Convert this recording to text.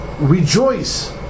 rejoice